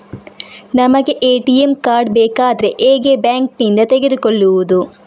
ನಮಗೆ ATM card ಬೇಕಾದ್ರೆ ಹೇಗೆ ಬ್ಯಾಂಕ್ ನಿಂದ ತೆಗೆದುಕೊಳ್ಳುವುದು?